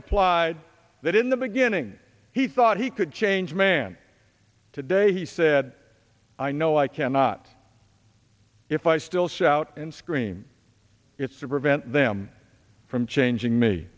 replied that in the beginning he thought he could change man today he said i know i cannot if i still shout and scream it's to prevent them from changing me